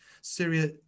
syria